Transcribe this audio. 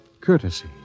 courtesy